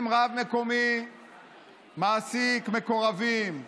אם רב מקומי מעסיק מקורבים,